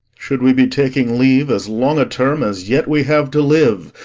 should we be taking leave as long a term as yet we have to live,